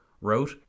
wrote